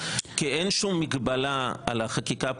כי אין שום מגבלה על החקיקה הפרטית,